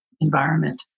environment